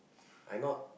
I not